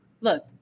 look